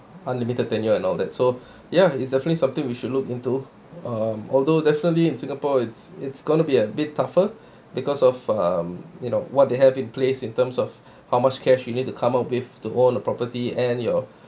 unlimited tenure and all that so ya it's definitely something we should look into um although definitely in singapore it's it's going to be a bit tougher because of um you know what they have in place in terms of how much cash you need to come up with to own a property and your